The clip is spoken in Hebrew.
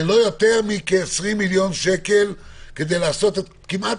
זה לא יותר מכ-20 מיליון שקלים כדי לעשות כמעט